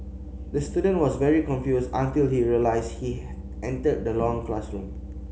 the student was very confused until he realised he entered the long classroom